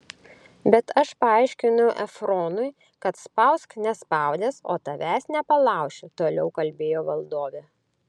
bet aš paaiškinau efronui kad spausk nespaudęs o tavęs nepalauši toliau kalbėjo valdovė